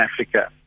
Africa